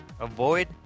Avoid